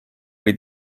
või